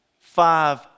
five